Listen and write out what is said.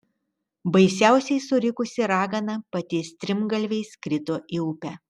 baisiausiai surikusi ragana pati strimgalviais krito į upę